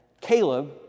Caleb